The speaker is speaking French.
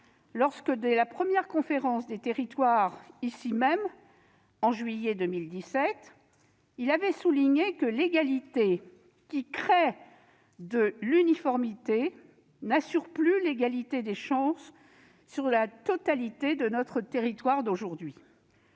lorsque, dès la première conférence des territoires, ici même, en juillet 2017, il avait souligné que l'égalité qui crée de l'uniformité n'assure plus l'égalité des chances sur la totalité de notre territoire. C'est pour